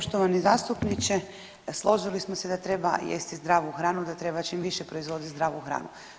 Poštovani zastupniče, složili smo se da treba jesti zdravu hranu, da treba čim više proizvoditi zdravu hranu.